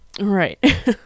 right